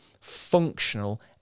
functional